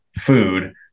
food